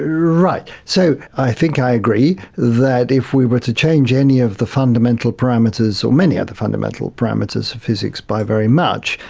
right. so, i think i agree that if we were to change any of the fundamental parameters or many of the fundamental parameters of physics by very much,